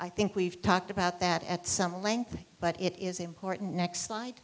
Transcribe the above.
i think we've talked about that at some length but it is important next sli